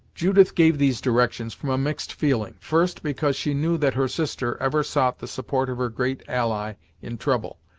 judith gave these directions from a mixed feeling first because she knew that her sister ever sought the support of her great ally in trouble,